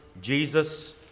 Jesus